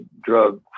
drug